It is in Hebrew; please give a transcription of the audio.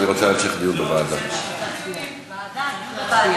ועדת חינוך.